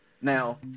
Now